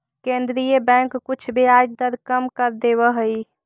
केन्द्रीय बैंक कुछ ब्याज दर कम कर देवऽ हइ